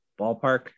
ballpark